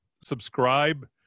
subscribe